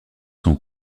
son